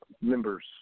members